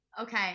Okay